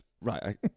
right